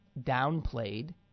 downplayed